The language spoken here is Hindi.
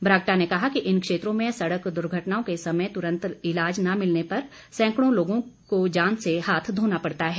बरागटा ने कहा कि इन क्षेत्रों में सड़क दुर्घटनाओं के समय तुरंत इलाज न मिलने पर सैकडों लोगों को जान से हाथ धोना पड़ता है